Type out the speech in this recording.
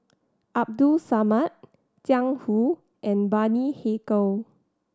Abdul Samad Jiang Hu and Bani Haykal